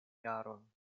jaron